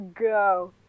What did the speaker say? go